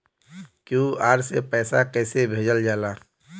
QR से पैसा कैसे भेजल जाला?